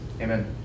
Amen